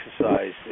exercise